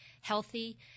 healthy